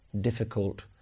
difficult